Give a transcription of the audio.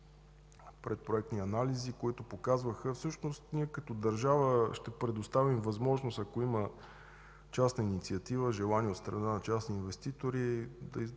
предпроектни анализи, които показваха – всъщност, ние като държава ще предоставим възможност, ако има частна инициатива, желание от страна на частни инвеститори, да изградят